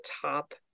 top